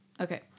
Okay